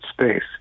space